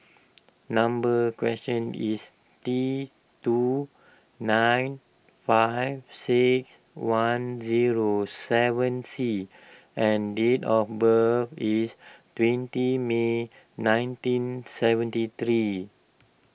number question is T two nine five six one zero seven C and date of birth is twenty May nineteen seventy three